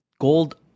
gold